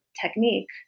technique